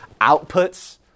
outputs